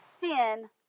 Sin